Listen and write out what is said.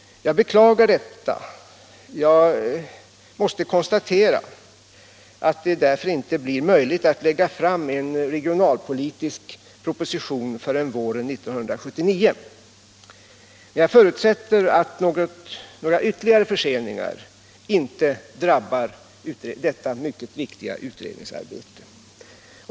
Jag beklagar detta. Jag måste konstatera att det därför inte blir möjligt att lägga fram en regionalpolitisk proposition förrän våren 1979. Jag förutsätter emellertid att några ytterligare förseningar inte skall drabba detta mycket viktiga utredningsarbete.